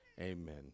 amen